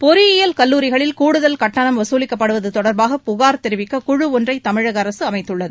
பொறியியல் கல்லூரிகளில் கூடுதல் கூட்டணம் வசூலிக்கப்படுவது தொடர்பாக புகார் தெரிவிக்க குழு ஒன்றை தமிழக அரசு அமைத்துள்ளது